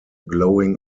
glowing